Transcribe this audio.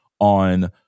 on